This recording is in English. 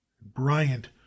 bryant